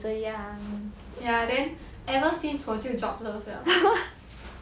ya then ever since 我就 jobless liao